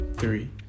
Three